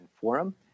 forum